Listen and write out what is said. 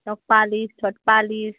নখ পালিশ ঠোঁট পালিশ